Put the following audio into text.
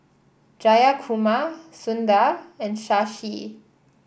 Jayakumar Sundar and Shashi